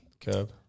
Curb